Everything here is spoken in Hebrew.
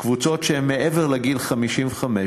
קבוצות שהן מעבר לגיל 55,